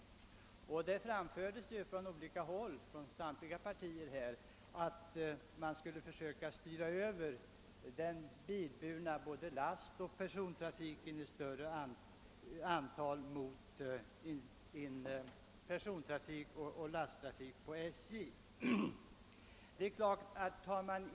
Från flera talare framfördes då åsikten att man skulle försöka styra över den bilburna lastoch persontrafiken i större utsträckning till järnvägarna för att minska trafikolyckorna på vägarna.